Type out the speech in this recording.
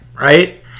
right